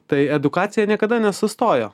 tai edukacija niekada nesustojo